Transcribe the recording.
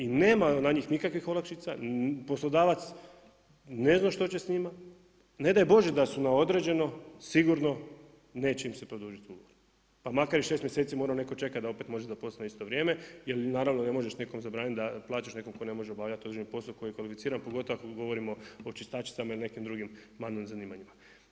I nema na njih nikakvih olakšica, poslodavac ne zna što će s njima, ne daj Bože da su na određeno, sigurno neće im se produžiti ugovor pa makar i 6 mjeseci morao netko čekati da opet može zaposliti na isto vrijeme jer naravno ne možeš nekom zabraniti da plaćaš nekome tko ne može obavljati određeni posao za koji je kvalificiran pogotovo ako govorimo o čistačicama ili nekim drugim manualnim zanimanjima.